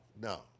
no